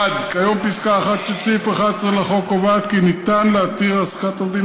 1. כיום פסקה (1) של סעיף 11 לחוק קובעת כי ניתן להתיר העסקת עובדים